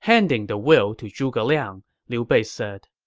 handing the will to zhuge liang, liu bei said,